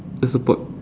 the support